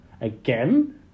Again